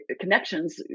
connections